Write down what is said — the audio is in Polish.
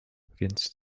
więc